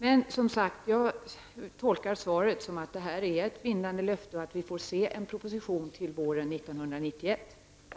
Men, som sagt, jag tolkar svaret som ett bindande löfte och väntar mig att vi får se en proposition till våren 1991. Tack!